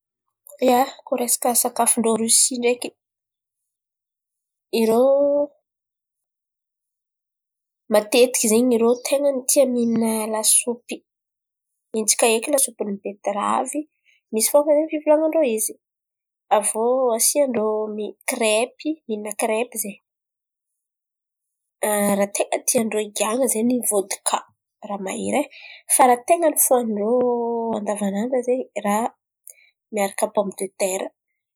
Ia, koa resaka sakafo ndrô Riosia ndreky irô matetiky izen̈y irô ten̈a tia mihin̈a lasopy hintsika eky lasopy ny betiravy, misy fombany zen̈y fivolan̈an-drô izy. Avô asian-drô nisy kirepy ny kirepy zen̈y. Raha ten̈a tia ndrô ngian̈a zen̈y vôtika raha mahery e fa raha ten̈a ny fohanin-drô andavanandra zen̈y raha miaraka pomidetera.